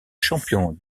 champion